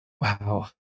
Wow